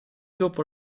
dopo